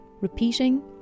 Repeating